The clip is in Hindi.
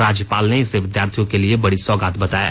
राज्यपाल ने इसे विद्यार्थियों के लिए बडी सौगात बताया